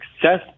success